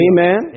Amen